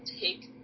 take